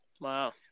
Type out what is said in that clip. Wow